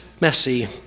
messy